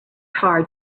hard